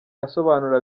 asobanurira